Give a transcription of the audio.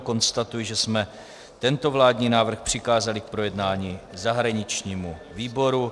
Konstatuji, že jsme tento vládní návrh přikázali k projednání zahraničnímu výboru.